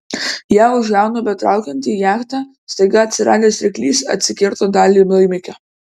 ją už žiaunų betraukiant į jachtą staiga atsiradęs ryklys atsikirto dalį laimikio